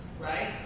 right